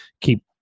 keep